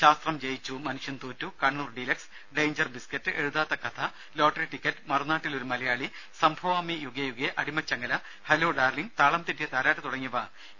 ശാസ്ത്രം ജയിച്ചു മനുഷ്യൻ തോറ്റു കണ്ണൂർ ഡീലക്സ് ഡെയ്ഞ്ചർ ബിസ്ക്കറ്റ് എഴുതാത്ത കഥ ലോട്ടറി ടിക്കറ്റ് മറുനാട്ടിൽ ഒരു മലയാളി സംഭവാമി യുഗേ യുഗേ അടിമച്ചങ്ങല ഹലോ ഡാർലിംഗ് താളം തെറ്റിയ താരാട്ട് തുടങ്ങിയവ എ